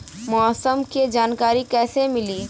मौसम के जानकारी कैसे मिली?